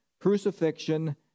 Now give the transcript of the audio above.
crucifixion